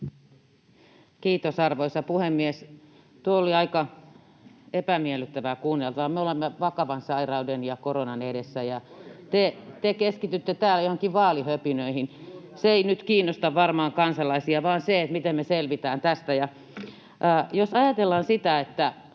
Kiitos, arvoisa puhemies! Tuo oli aika epämiellyttävää kuunneltavaa. Me olemme vakavan sairauden, koronan, edessä, ja te keskitytte täällä johonkin vaalihöpinöihin. Se ei nyt kiinnosta varmaan kansalaisia, vaan se, miten me selvitään tästä. Jos ajatellaan, että